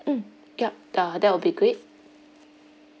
um yup tha~ uh that will be great